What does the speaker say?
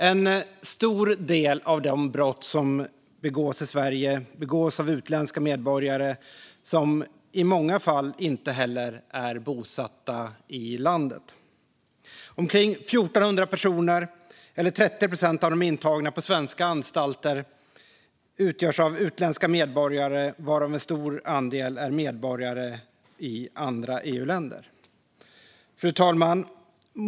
En stor del av de brott som begås i Sverige begås av utländska medborgare som i många fall inte heller är bosatta i landet. Omkring 1 400 personer, eller 30 procent av de intagna på svenska anstalter, är utländska medborgare varav en stor andel är medborgare i andra EU-länder. Fru talman!